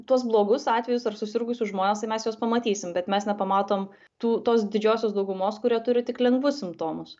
tuos blogus atvejus ar susirgusius žmones tai mes juos pamatysim bet mes nepamatom tų tos didžiosios daugumos kurie turi tik lengvus simptomus